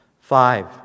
Five